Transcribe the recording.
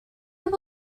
بدو